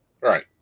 Right